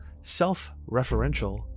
self-referential